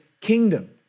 kingdom